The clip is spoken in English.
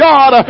God